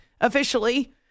officially